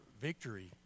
victory